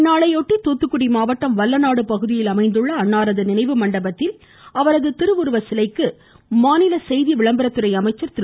இந்நாளையொட்டி தூத்துக்குடி மாவட்டம் வல்லநாடு பகுதியில் அமைந்துள்ள அன்னாரது நினைவு மண்டபத்தில் அவரது திருவுருவச் சிலைக்கு மாநில செய்தி விளம்பரத்துறை அமைச்சர் திரு